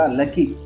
lucky